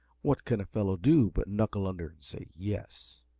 what can a fellow do but knuckle under and say yes,